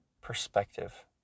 perspective